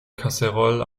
kaserolle